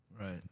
Right